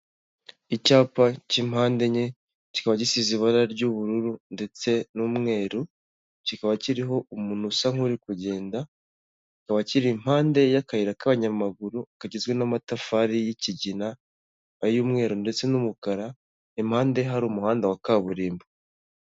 Icyapa cy'impande enye, kikaba gisize ibara ry'ubururu ndetse n'umweru. Kikaba kiriho umuntu usa nk'uri kugenda kikaba kiri impande y'akayira k'abanyamaguru kagizwe n'amatafari y'ikigina ay'umweru, ndetse n'umukara. Impande hari umuhanda wa kaburimbo.